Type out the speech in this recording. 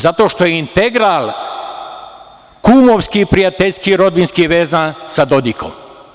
Zato što je integral kumovski, prijateljski, rodbinski vezan sa Dodikom.